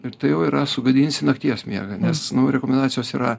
ir tai jau yra sugadinsi nakties miegą nes nu rekomendacijos yra